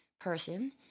person